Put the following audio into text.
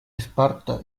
esparta